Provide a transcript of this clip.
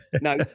no